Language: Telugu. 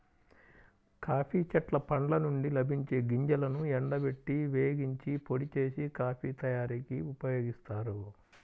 కాఫీ చెట్ల పండ్ల నుండి లభించే గింజలను ఎండబెట్టి, వేగించి, పొడి చేసి, కాఫీ తయారీకి ఉపయోగిస్తారు